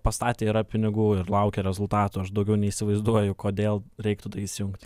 pastatę yra pinigų ir laukia rezultato aš daugiau neįsivaizduoju kodėl reiktų tai įsijungt